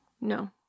no